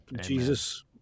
Jesus